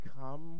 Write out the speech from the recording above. come